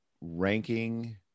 ranking